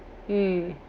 mm